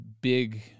big